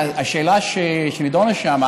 והשאלה שנדונה שם,